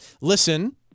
Listen